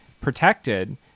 protected